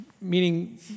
meaning